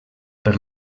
per